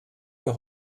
wir